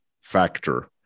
factor